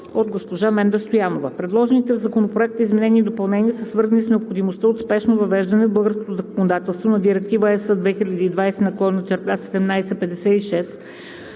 от госпожа Менда Стоянова. Предложените в Законопроекта изменения и допълнения са свързани с необходимостта от спешно въвеждане в българското законодателство на Директива (ЕС) 2020/1756